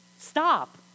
Stop